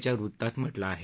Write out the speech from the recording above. च्या वृत्तात म्हटलं आहे